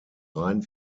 rein